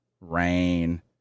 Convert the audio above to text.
Rain